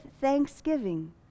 thanksgiving